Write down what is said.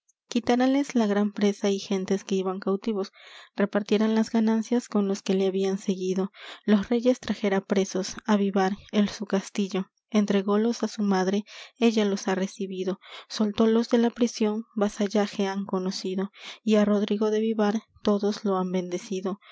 quitárales la gran presa y gentes que iban cautivos repartiera las ganancias con los que le habían seguido los reyes trajera presos á vivar el su castillo entrególos á su madre ella los ha recibido soltólos de la prisión vasallaje han conocido y á rodrigo de vivar todos lo han bendecido